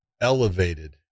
elevated